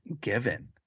given